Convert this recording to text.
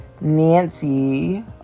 Nancy